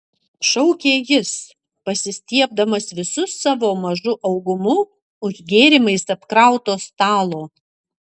šaukė jis pasistiebdamas visu savo mažu augumu už gėrimais apkrauto stalo